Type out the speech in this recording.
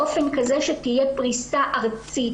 באופן כזה שתהיה פריסה ארצית.